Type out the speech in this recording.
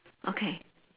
okay